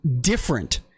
different